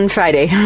Friday